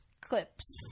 clips